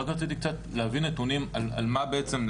רק רציתי קצת להביא נתונים על מה בעצם,